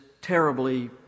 terribly